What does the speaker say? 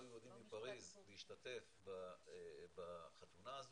באו יהודים מפריז להשתתף בחתונה הזו,